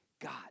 God